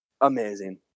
Amazing